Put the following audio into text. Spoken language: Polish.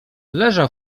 leżał